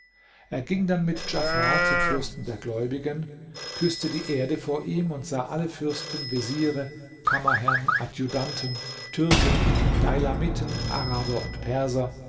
er ging dann mit djafar zum fürsten der gläubigen küßte die erde vor ihm und sah alle fürsten veziere kammerherrn adjudanten türken deilamiten araber und perser